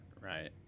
Right